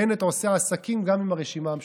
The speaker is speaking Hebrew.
בנט עושה עסקים גם עם הרשימה המשותפת.